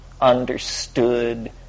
understood